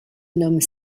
nomme